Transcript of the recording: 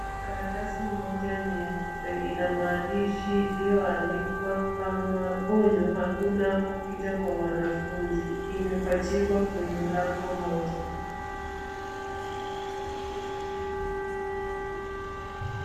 Karatasi moja nyeupe ina mandishi iliyoandikwa kama onyo hakuna kupita kwa wanafunzi, imepachikwa kwenye lango moja.